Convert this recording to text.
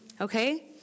Okay